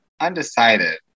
Undecided